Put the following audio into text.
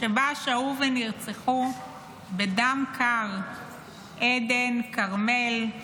שבה שהו ונרצחו בדם קר עדן, כרמל,